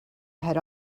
had